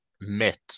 met